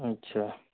अच्छा